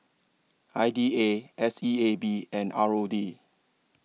I D A S E A B and R O D